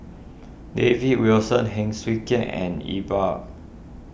David Wilson Heng Swee Keat and Iqbal